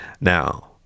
Now